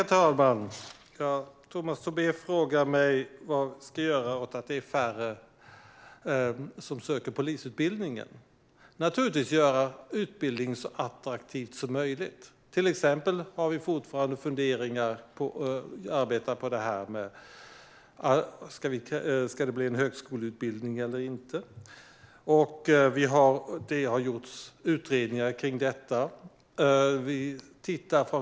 Herr talman! Tomas Tobé frågar mig vad vi ska göra åt att färre personer söker till polisutbildningen. Naturligtvis ska vi göra utbildningen så attraktiv som möjligt. Exempelvis har vi fortfarande funderingar om huruvida det ska bli en högskoleutbildning. Det har gjorts utredningar om detta.